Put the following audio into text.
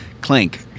Clink